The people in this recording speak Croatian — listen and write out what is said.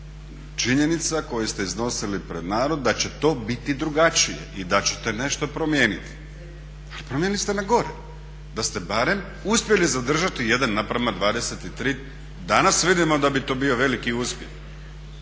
činjenica koje ste iznosili pred narod da će to biti drugačije i da ćete nešto promijeniti ali promijenili ste na gore. Da ste barem uspjeli zadržati 1 naprama 23, danas vidimo da bi to bio veliki uspjeh